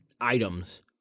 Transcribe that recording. items